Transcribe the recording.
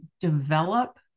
develop